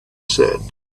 said